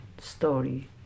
story